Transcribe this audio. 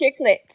chicklets